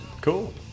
Cool